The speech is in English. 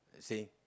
say